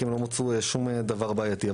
כי הם לא מצאו שום דבר בעייתי.